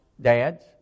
dads